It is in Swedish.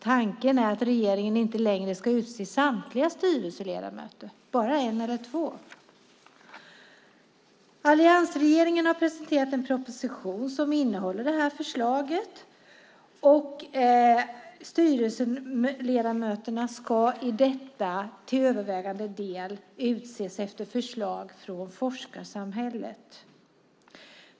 Tanken är att regeringen inte längre ska utse samtliga styrelseledamöter, bara en eller två. Alliansregeringen har presenterat en proposition som innehåller detta förslag, och styrelseledamöterna ska enligt detta till övervägande del utses efter förslag från forskarsamhället.